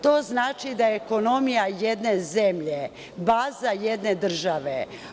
To znači da je ekonomija jedne zemlje baza jedne države.